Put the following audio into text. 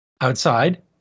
outside